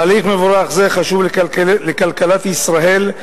תהליך מבורך זה חשוב לכלכלת ישראל,